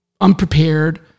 unprepared